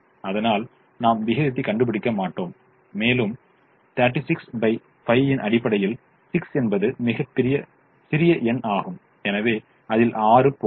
அதனால் நாம் விகிதத்தைக் கண்டுபிடிக்க மாட்டோம் மேலும் 365 ன் அடிப்படையில் 6 என்பது மிக சிறிய எண் ஆகும் எனவே அதில் 6 போகும்